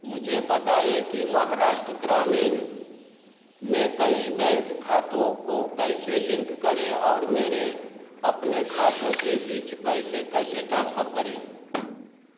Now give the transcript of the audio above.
मुझे बताएँ कि महाराष्ट्र ग्रामीण में कई बैंक खातों को कैसे लिंक करें और मेरे अपने खातों के बीच पैसे कैसे ट्रांसफ़र करें